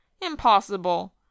Impossible